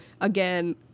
again